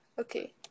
okay